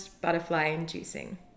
butterfly-inducing